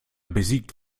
besiegt